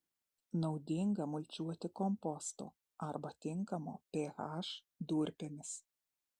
naudinga mulčiuoti kompostu arba tinkamo ph durpėmis